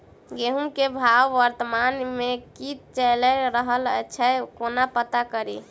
गेंहूँ केँ भाव वर्तमान मे की चैल रहल छै कोना पत्ता कड़ी?